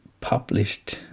published